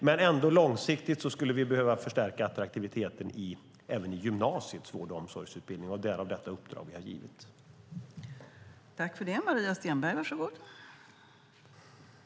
Men långsiktigt skulle vi behöva förstärka attraktiviteten även i gymnasiets vård och omsorgsutbildning, och därav detta uppdrag som vi har givit Skolverket.